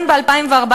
ב-2014,